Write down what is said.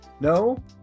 No